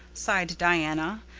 sighed diana.